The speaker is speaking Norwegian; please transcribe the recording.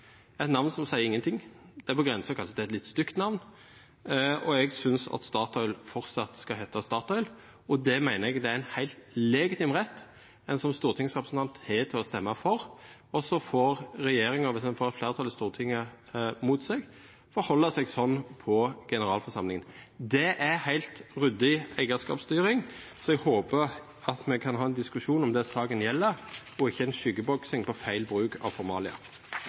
eit namn som ikkje seier nokon ting, det er kanskje på grensa til å vera eit litt stygt namn, og eg synest at Statoil framleis skal heita Statoil. Det meiner eg det er ein heilt legitim rett ein som stortingsrepresentant har til å stemma for, og så får regjeringa – viss ho får fleirtalet i Stortinget mot seg – ta omsyn til det på generalforsamlinga. Det er ei heilt ryddig eigarskapsstyring, så eg håper at me kan ha ein diskusjon om det saka gjeld, og ikkje ein skuggeboksing om feil bruk av formalia.